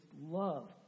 love